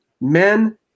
men